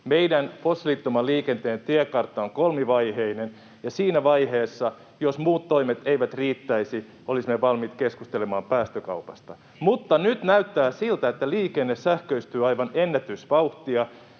Meidän fossiilittoman liikenteen tiekartta on kolmivaiheinen, ja siinä vaiheessa, jos muut toimet eivät riittäisi, olisimme valmiit keskustelemaan päästökaupasta, mutta nyt näyttää siltä, että liikenne sähköistyy aivan ennätysvauhtia,